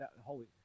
holy